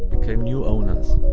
became new owners.